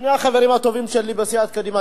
שני החברים הטובים שלי בסיעת קדימה,